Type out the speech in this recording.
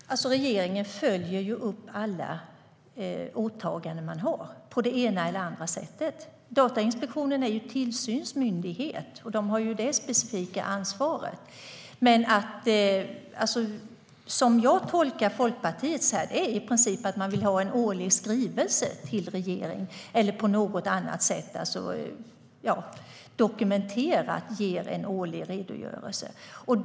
Herr talman! Regeringen följer upp alla åtaganden den har på det ena eller det andra sättet. Datainspektionen är tillsynsmyndighet. Den har det specifika ansvaret. Men som jag tolkar Folkpartiet här vill man i princip ha en årlig skrivelse eller en på något annat sätt dokumenterad årlig redogörelse från regeringen.